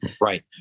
Right